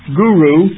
guru